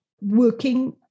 working